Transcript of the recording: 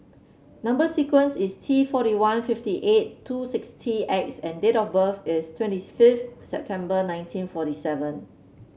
number sequence is T forty one fifty eight two sixty X and date of birth is twenty fifth September nineteen forty seven